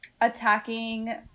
attacking